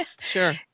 Sure